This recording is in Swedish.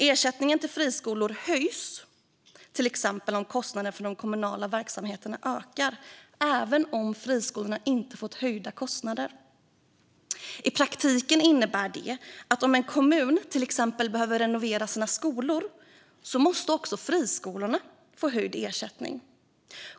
Ersättningen till friskolor höjs till exempel om kostnaden för de kommunala verksamheterna ökar, även om friskolorna inte har fått höjda kostnader. I praktiken innebär det att om en kommun till exempel behöver renovera sina skolor måste också friskolorna få höjd ersättning.